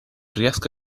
riesco